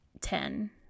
ten